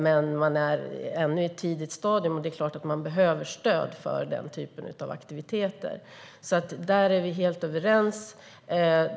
Men man är ännu i ett tidigt stadium, och det är klart att man behöver stöd för denna typ av aktiviteter. Där är vi alltså helt överens.